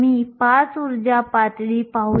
आपण ही गणना सामान्य तापमानावर करत आहोत